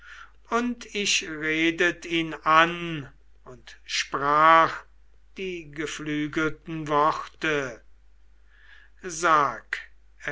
und er redet ihn an und sprach die geflügelten worte lös